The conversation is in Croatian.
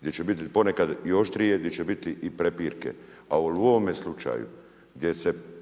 gdje će biti ponekad i oštrije, gdje će biti i prepirke. A u ovome slučaju gdje se